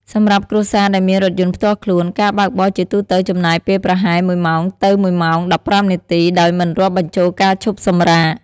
សម្រាប់គ្រួសារដែលមានរថយន្តផ្ទាល់ខ្លួន ការបើកបរជាទូទៅចំណាយពេលប្រហែល ១ ម៉ោងទៅ ១ ម៉ោង ១៥ នាទី ដោយមិនរាប់បញ្ចូលការឈប់សម្រាក។